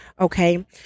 okay